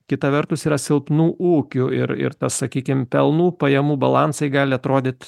kita vertus yra silpnų ūkių ir ir tas sakykim pelnų pajamų balansai gali atrodyt